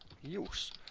use